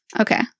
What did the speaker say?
Okay